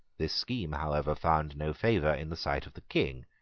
the scheme, however, found no favour in the sight of the king.